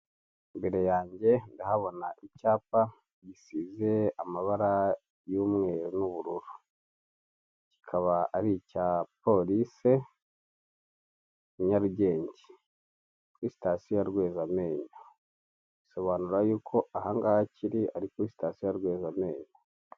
Imbere yange ndahabona icyapa gisize amabara yumweru n'ubururu kikaba ari icya polise i Nyarugenge kuri stasiyo ya Rwezamenyo, bisobanuro yuko ahangaha kiri ari kuri stasiyo ya Rwezamenyo.